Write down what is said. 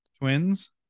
twins